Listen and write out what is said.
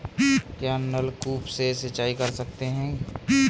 क्या नलकूप से सिंचाई कर सकते हैं?